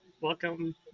Welcome